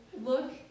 look